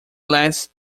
less